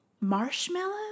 Marshmallow